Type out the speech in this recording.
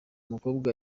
mukobwa